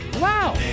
Wow